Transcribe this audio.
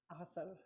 Awesome